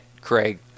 Craig